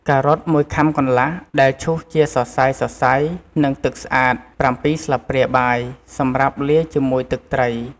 ការ៉ុត ១ខាំកន្លះ ដែលឈូសជាសរសៃៗ និងទឹកស្អាត ៧ ស្លាបព្រាបាយ សម្រាប់លាយជាមួយទឹកត្រី។